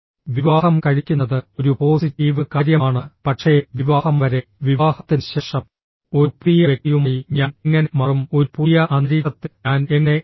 വിവാഹം കഴിക്കുന്നത് ഒരു പോസിറ്റീവ് കാര്യമാണ് പക്ഷേ വിവാഹം വരെ വിവാഹത്തിന് ശേഷം ഒരു പുതിയ വ്യക്തിയുമായി ഞാൻ എങ്ങനെ മാറും ഒരു പുതിയ അന്തരീക്ഷത്തിൽ ഞാൻ എങ്ങനെ മാറും